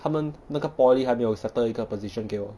他们那个 polytechnic 还没有 settle 一个 position 给我